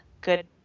good